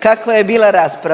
kakva je bila rasprava